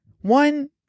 one